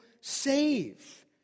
save